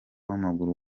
w’amaguru